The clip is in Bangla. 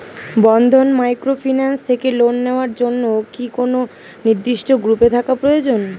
বন্ধন মাইক্রোফিন্যান্স থেকে লোন নেওয়ার জন্য কি কোন নির্দিষ্ট গ্রুপে থাকা প্রয়োজন?